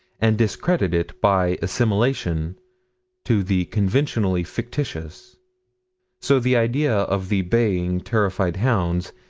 and discredit it by assimilation to the conventionally fictitious so the idea of the baying, terrified hounds,